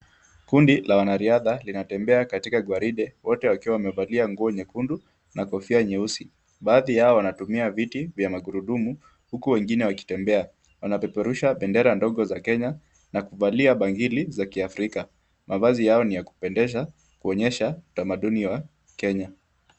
Kundi la wanariadha linatembea katika gwaride wote wakiwa wamevalia nguo nyekundu na kofia nyeusi. Baadhi yao wanatumia viti vya magurudumu huku wengine wakitembea. Wanapeperusha bendera ndogo za Kenya na kuvalia bangili za Kiafrika. Mavazi yao ni ya kupendeza kuonyesha utamaduni wa Kenya.